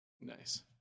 Nice